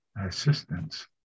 assistance